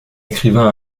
écrivain